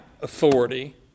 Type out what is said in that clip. authority